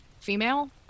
female